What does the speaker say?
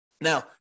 Now